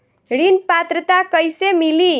ऋण पात्रता कइसे मिली?